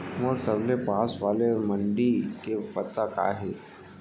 मोर सबले पास वाले मण्डी के पता का हे?